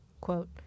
quote